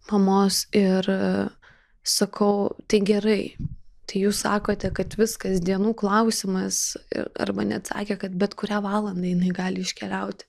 mamos ir sakau tai gerai tai jūs sakote kad viskas dienų klausimas arba net sakė kad bet kurią valandą jinai gali iškeliauti